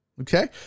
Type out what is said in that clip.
Okay